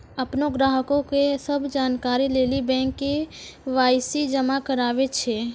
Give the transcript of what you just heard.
अपनो ग्राहको के सभ जानकारी लेली बैंक के.वाई.सी जमा कराबै छै